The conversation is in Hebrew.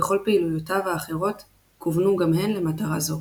וכל פעילויותיו האחרות כוונו גם הן למטרה זו.